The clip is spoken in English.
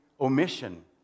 omission